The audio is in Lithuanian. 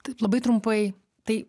taip labai trumpai tai